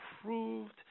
approved